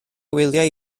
wyliau